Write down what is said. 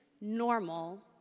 normal